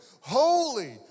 Holy